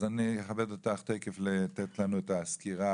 אז אני אכבד אותך תכף לתת לנו את הסקירה